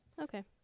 Okay